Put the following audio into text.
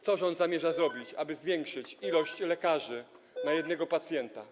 Co rząd zamierza zrobić, aby zwiększyć ilość lekarzy na jednego pacjenta?